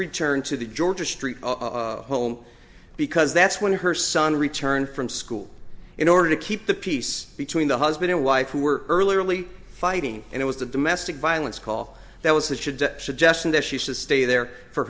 return to the georgia street home because that's when her son returned from school in order to keep the peace between the husband and wife who were early fighting and it was a domestic violence call that was that should the suggestion that she should stay there for